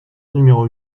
numéro